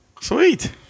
sweet